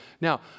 Now